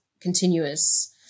continuous